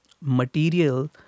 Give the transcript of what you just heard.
material